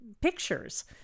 pictures